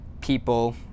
people